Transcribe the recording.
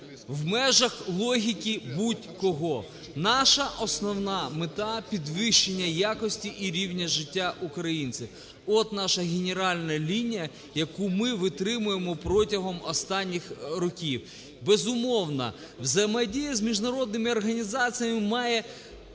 в межах логіки будь-кого. Наша основна мета – підвищення якості і рівня життя українців. От наша генеральна лінія, яку ми витримуємо протягом останніх років. Безумовно, взаємодія з міжнародними організаціями має